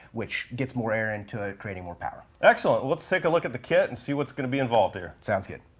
which gets more air into it creating more power. excellent! lets take a look at the kit and see what's going to be involved here. sounds good.